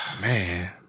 Man